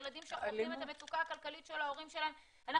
הילדים שחווים את המצוקה הכלכלית של ההורים שלהם,